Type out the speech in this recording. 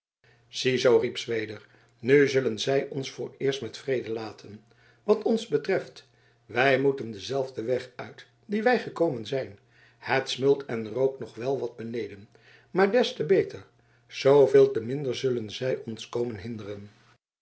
riep zweder nu zullen zij ons vooreerst met vrede laten wat ons betreft wij moeten denzelfden weg uit dien wij gekomen zijn het smeult en rookt nog wel wat beneden maar des te beter zooveel te minder zullen zij ons komen hinderen